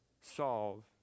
solve